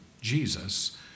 Jesus